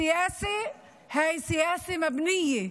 המדיניות הזאת היא מדיניות מובנית,